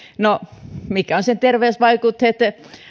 no mitkä ovat sen terveysvaikutteet